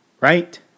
right